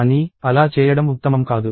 కానీ అలా చేయడం ఉత్తమం కాదు